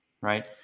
right